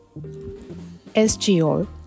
SGO